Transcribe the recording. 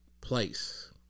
place